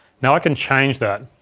now, i can change that,